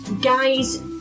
Guy's